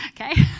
okay